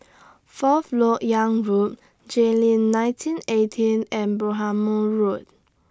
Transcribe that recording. Fourth Lok Yang Road Jayleen nineteen eighteen and Bhamo Road